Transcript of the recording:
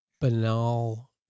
banal